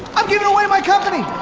i'm giving away my company.